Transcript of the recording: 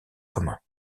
communs